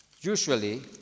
usually